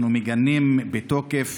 אנחנו מגנים בתוקף